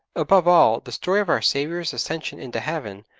above all, the story of our saviour's ascension into heaven,